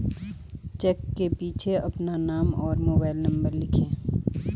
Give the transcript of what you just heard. check के पीछे अपना नाम और मोबाइल नंबर लिखें